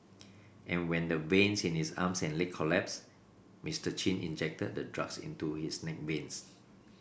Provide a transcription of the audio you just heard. and when the veins in his arms and leg collapsed Mister Chin injected the drugs into his neck veins